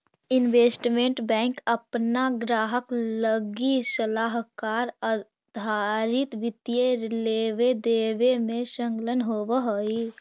investment bank अपना ग्राहक लगी सलाहकार आधारित वित्तीय लेवे देवे में संलग्न होवऽ हई